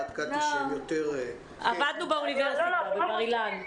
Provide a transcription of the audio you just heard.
עבדתי באוניברסיטה בבר-אילן,